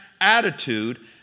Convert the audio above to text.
attitude